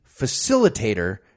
facilitator